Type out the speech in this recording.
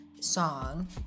song